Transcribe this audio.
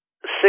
six